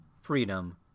freedom